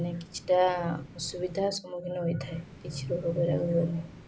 ମାନେ କିଛିଟା ଅସୁବିଧା ସମ୍ମୁଖୀନ ହୋଇଥାଏ କିଛି ରୋଗ ବୈରାଗ ହୁଏନି